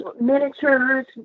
miniatures